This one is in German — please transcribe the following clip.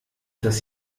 das